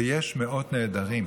ויש מאות נעדרים.